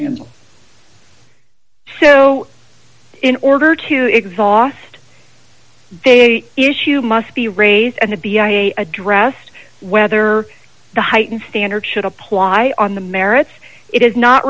and so in order to exhaust they issue must be raised and the b i addressed whether the heightened standard should apply on the merits it is not